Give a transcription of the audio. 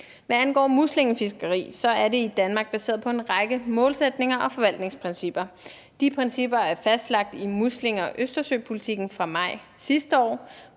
Hvad angår muslingefiskeri, er det i Danmark baseret på en række målsætninger og forvaltningsprincipper. De principper er fastlagt i muslinge- og østersøpolitikken fra maj sidste år.